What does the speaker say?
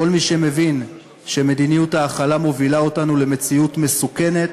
לכל מי שמבין שמדיניות ההכלה מובילה אותנו למציאות מסוכנת,